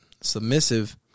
Submissive